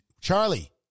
Charlie